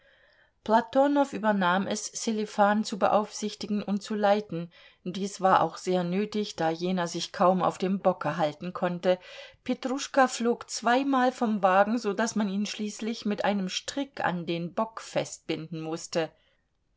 platonow übernahm es sselifan zu beaufsichtigen und zu leiten dies war auch sehr nötig da jener sich kaum auf dem bocke halten konnte petruschka flog zweimal vom wagen so daß man ihn schließlich mit einem strick an den bock festbinden mußte